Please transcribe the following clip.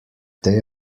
they